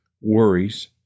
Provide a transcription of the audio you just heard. worries